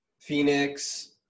Phoenix